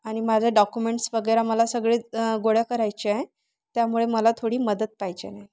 आणि माझ्या डॉक्युमेंट्स वगैरे मला सगळे गोळा करायचे आहे त्यामुळे मला थोडी मदत पाहिजे आहे